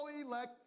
elect